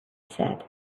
said